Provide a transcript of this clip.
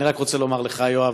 אני רק רוצה לומר לך, יואב,